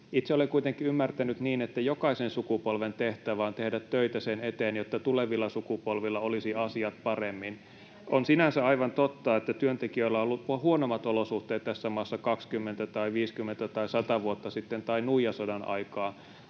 Itse olen kuitenkin ymmärtänyt niin, että jokaisen sukupolven tehtävä on tehdä töitä sen eteen, jotta tulevilla sukupolvilla olisi asiat paremmin. [Jenna Simula: No niin me teemmekin!] On sinänsä aivan totta, että työntekijöillä on ollut huonommat olosuhteet tässä maassa 20 tai 50 tai 100 vuotta sitten tai nuijasodan aikaan,